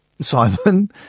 Simon